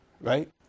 right